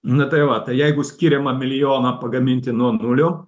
na tai va tai jeigu skiriama milijoną pagaminti nuo nulio